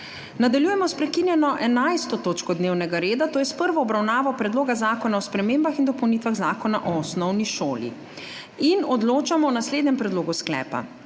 Nadaljujemo s prekinjeno 11. točko dnevnega reda, to je s prvo obravnavo Predloga zakona o spremembah in dopolnitvah Zakona o osnovni šoli. Odločamo o naslednjem predlogu sklepa: